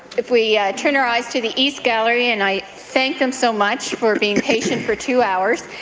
if we turn our eyes to the east gallery and i thank them so much for being patient for two hours.